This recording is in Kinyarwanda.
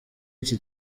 iki